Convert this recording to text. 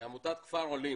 עמותת כפר עולים,